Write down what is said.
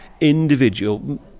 individual